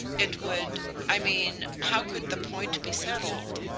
it would i mean, how could the point be settled?